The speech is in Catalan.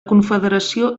confederació